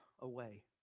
away